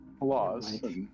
laws